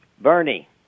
Bernie